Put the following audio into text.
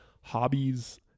hobbies